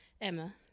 Emma